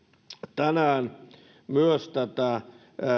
tänään myös